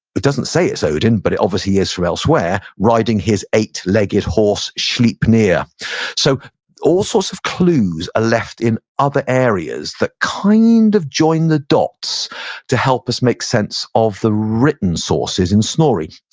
it doesn't say it's odin, but it obviously is from elsewhere riding his eight-legged horse, sleipnir yeah so all sorts of clues are left in other areas that kind of join the dots to help us make sense of the written sources in snorri.